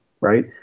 right